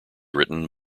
written